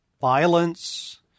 violence